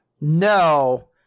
no